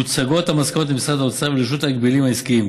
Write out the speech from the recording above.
מוצגות המסקנות למשרד האוצר ולרשות ההגבלים העסקיים.